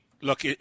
look